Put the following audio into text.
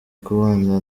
kubana